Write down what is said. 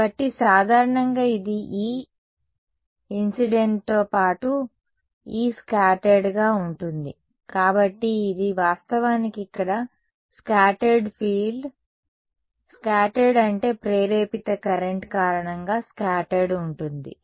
కాబట్టి సాధారణంగా ఇది E ఇన్సిడెంట్ తో పాటు E స్కాటర్డ్ గా ఉంటుంది కాబట్టి ఇది వాస్తవానికి ఇక్కడ స్కాటర్డ్ ఫీల్డ్ స్కాటర్డ్ అంటే ప్రేరేపిత కరెంట్ కారణంగా స్కాటర్డ్ ఉంటుంది